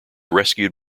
rescued